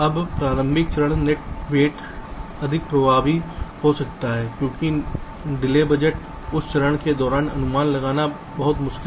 अब प्रारंभिक चरण नेट वेट अधिक प्रभावी हो सकता है क्योंकि डिले बजट उस चरण के दौरान अनुमान लगाना बहुत मुश्किल है